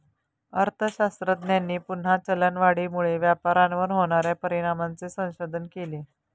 अर्थशास्त्रज्ञांनी पुन्हा चलनवाढीमुळे व्यापारावर होणार्या परिणामांचे संशोधन केले